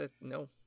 no